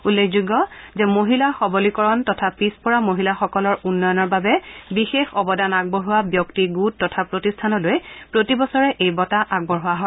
উল্লেখযোগ্য যে মহিলাসবলীকৰণ তথা পিছ পৰা মহিলাসকলৰ উন্নয়নৰ বাবে বিশেষ অৱদান আগবঢ়োৱা ব্যক্তিগোট তথা প্ৰতিষ্ঠানলৈ প্ৰতিবছৰে এই বঁটা আগবঢ়োৱা হয়